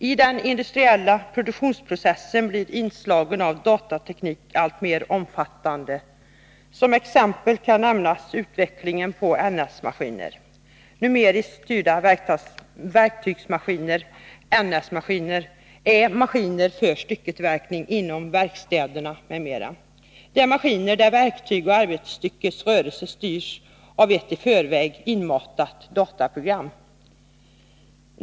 I den industriella produktionsprocessen blir inslagen av datateknik alltmer omfattande. Som exempel kan nämnas utvecklingen av NS-maskiner. Numeriskt styrda verktygsmaskiner — NS-maskiner — är maskiner för stycketillverkning inom verkstäderna m.m. Det är maskiner där verktyg och arbetsstyckets rörelse styrs av ett i förväg inmatat dataprogram.